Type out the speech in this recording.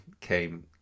came